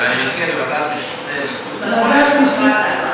אז אני מציע לוועדת משנה לחוץ וביטחון.